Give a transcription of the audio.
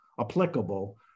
applicable